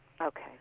okay